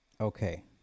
Okay